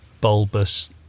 bulbous